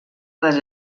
les